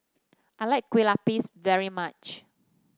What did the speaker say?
I like Kueh Lapis very much